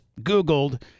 Googled